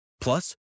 Plus